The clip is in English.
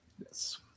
Yes